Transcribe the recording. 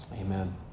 amen